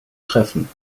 treffen